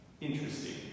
interesting